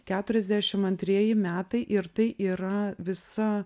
keturiasdešim antrieji metai ir tai yra visa